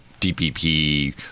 DPP